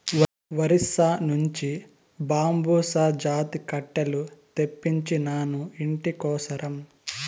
ఒరిస్సా నుంచి బాంబుసా జాతి కట్టెలు తెప్పించినాను, ఇంటి కోసరం